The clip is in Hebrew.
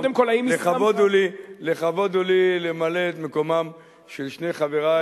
לכבוד הוא לי למלא את מקומם של שני חברי,